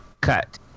cut